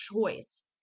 choice